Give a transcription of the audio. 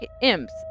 imps